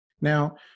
Now